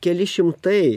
keli šimtai